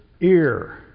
ear